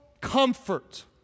comfort